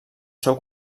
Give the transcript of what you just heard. seu